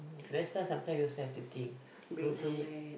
that's why sometimes you also have to think don't say